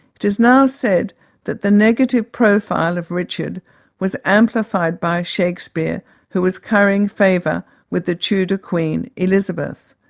it is now said that the negative profile of richard was amplified by shakespeare who was currying favour with the tudor queen, elizabeth.